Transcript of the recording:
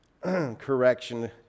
correction